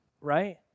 right